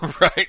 right